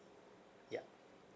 ya